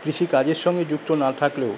কৃষিকাজের সঙ্গে যুক্ত না থাকলেও